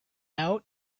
out